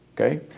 Okay